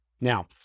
Now